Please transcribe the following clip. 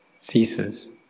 ceases